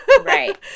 Right